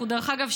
דרך אגב,